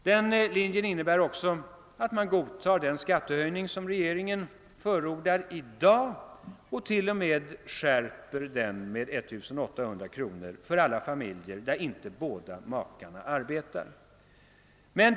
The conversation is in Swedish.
Den linjen innebär också att man godtar den skattehöjning som regeringen förordar och t.o.m. skärper den med 1 800 kr. för alla familjer där inte båda makarna arbetar.